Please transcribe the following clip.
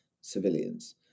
civilians